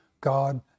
God